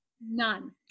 None